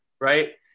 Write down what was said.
right